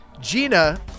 Gina